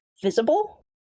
Visible